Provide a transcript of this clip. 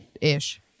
ish